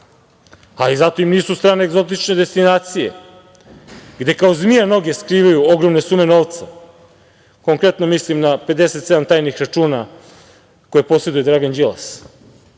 strana. Zato im nisu strane egzotične destinacije gde kao zmija noge skrivaju ogromne sume novca. Konkretno mislim na 57 tajnih računa koje poseduje Dragan Đilas.